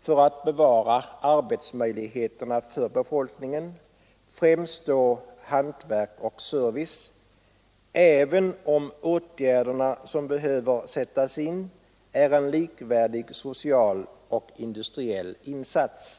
för att bevara arbetsmöjligheterna för befolkningen, främst då hantverk och service, även om de åtgärder som behöver sättas in kräver en likvärdig social och industriell insats.